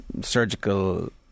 surgical